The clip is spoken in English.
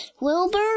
Wilbur